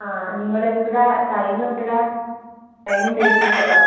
ആ നിങ്ങളെപ്പോഴാണ് ടൈം എപ്പോഴാണ് ടൈമും ഡേറ്റുമൊക്കെ പറയൂ